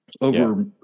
over